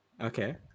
Okay